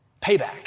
Payback